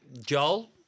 Joel